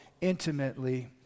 intimately